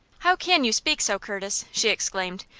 how can you speak so, curtis? she exclaimed.